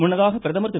முன்னதாக பிரதமர் திரு